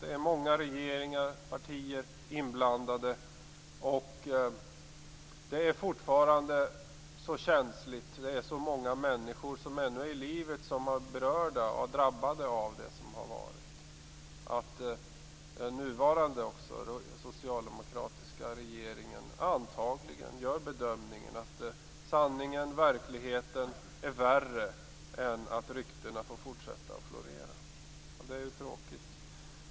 Det är många regeringar och partier inblandade. Det är fortfarande känsligt. Det är så många ännu levande människor som är berörda och drabbade av det som har varit att den nuvarande socialdemokratiska regeringen antagligen gör bedömningen att sanningen och verkligheten är värre än att ryktena får fortsätta att florera. Detta är tråkigt.